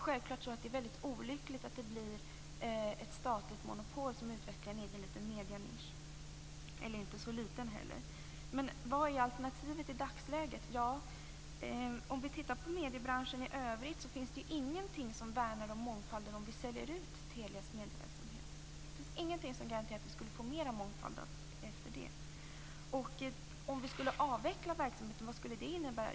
Självklart är det väldigt olyckligt att ett statligt monopol utvecklar en egen liten medienisch, inte så liten heller. Men vad är alternativet i dagsläget? Om vi tittar närmare på mediebranschen i övrigt finns det ingenting som värnar om mångfalden om vi säljer ut Telias medieverksamhet. Det finns ingenting som garanterar att vi skulle få en större mångfald efter det. Om vi skulle avveckla verksamheten, vad skulle det innebära?